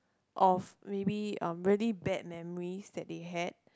of maybe um really bad memories that they had